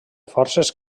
forces